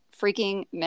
freaking